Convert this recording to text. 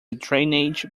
drainage